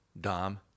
dom